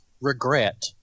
regret